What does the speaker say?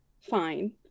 Fine